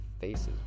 faces